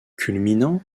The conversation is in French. culminant